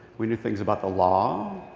we knew things about the law.